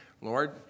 Lord